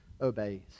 obeys